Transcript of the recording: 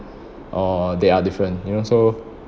or they are different you know so